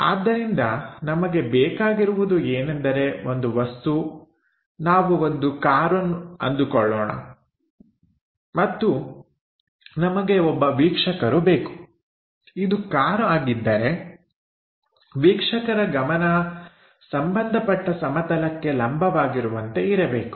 ಆದ್ದರಿಂದ ನಮಗೆ ಬೇಕಾಗಿರುವುದು ಏನೆಂದರೆ ಒಂದು ವಸ್ತು ನಾವು ಒಂದು ಕಾರು ಅಂದುಕೊಳ್ಳೋಣ ಮತ್ತು ನಮಗೆ ಒಬ್ಬ ವೀಕ್ಷಕರು ಬೇಕು ಇದು ಕಾರು ಆಗಿದ್ದರೆ ವೀಕ್ಷಕರ ಗಮನ ಸಂಭಂಧಪಟ್ಟ ಸಮತಲಕ್ಕೆ ಲಂಬವಾಗಿರುವಂತೆ ಇರಬೇಕು